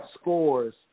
scores